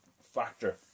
factor